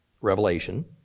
Revelation